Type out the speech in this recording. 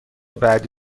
بعدی